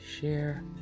share